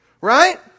Right